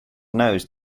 nose